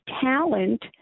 talent